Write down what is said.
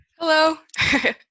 Hello